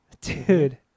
dude